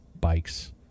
bikes